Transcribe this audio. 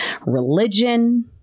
religion